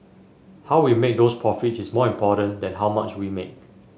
how we make those profits is more important than how much we make